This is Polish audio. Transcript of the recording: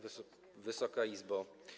Wysoka Izbo!